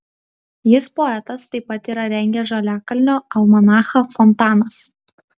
jis poetas taip pat yra rengęs žaliakalnio almanachą fontanas